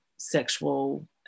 sexual